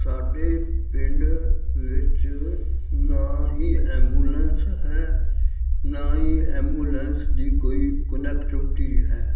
ਸਾਡੇ ਪਿੰਡ ਵਿੱਚ ਨਾ ਹੀ ਐਂਬੂਲੈਂਸ ਹੈ ਨਾ ਹੀ ਐਬੂਲੈਂਸ ਦੀ ਕੋਈ ਕੋਨੈਕਟਿਵਿਟੀ ਹੈ